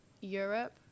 europe